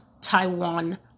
Taiwan